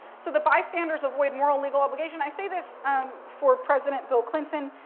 so the bystanders avoid moral, legal obligation. i say this for president bill clinton,